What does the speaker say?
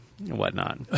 Whatnot